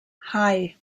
hei